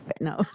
no